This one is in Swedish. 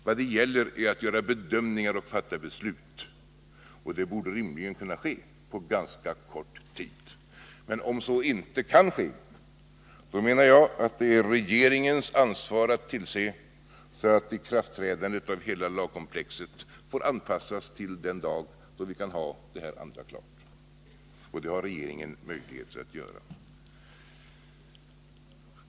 Vad det gäller är att göra bedömningar och fatta beslut, och det borde rimligen kunna ske på ganska kort tid. Men om så inte kan ske, menar jag att det är regeringens ansvar att tillse att ikraftträdandet av hela lagkomplexet anpassas till den dag då detta andra arbete är klart och regeringen har möjligheter att göra en sådan anpassning.